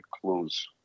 close